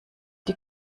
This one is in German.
die